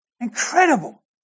Incredible